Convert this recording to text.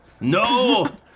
No